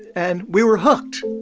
and we were hooked.